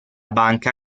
banca